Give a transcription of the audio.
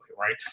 right